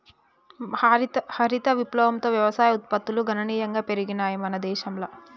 హరిత విప్లవంతో వ్యవసాయ ఉత్పత్తులు గణనీయంగా పెరిగినయ్ మన దేశంల